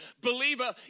believer